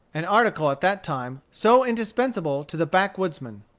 an article at that time so indispensable to the backwoodsman.